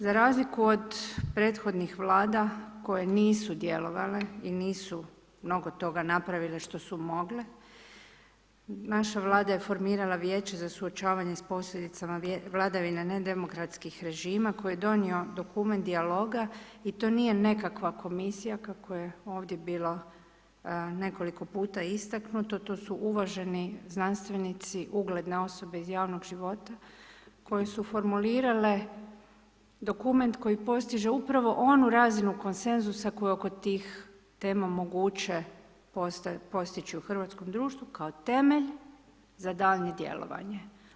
Za razliku od prethodnih Vlada koje nisu djelovale i nisu mnogo toga napravile što su mogle, naša Vlada je formirala Vijeće za suočavanje s posljedicama vladavine nedemokratskih režima koji je donio dokument dijaloga i to nije nekakva komisija, kako je ovdje bilo nekoliko puta istaknuto, to su uvaženi znanstvenici, ugledne osobe iz javnog života koje su formulirale dokument koji postiže upravo onu razinu konsenzusa koju oko tih tema moguće postići u hrvatskom društvu kao temelj za daljnje djelovanje.